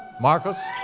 marcus,